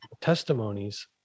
testimonies